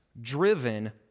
driven